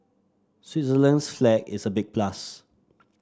Switzerland's flag is a big plus